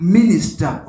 Minister